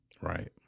Right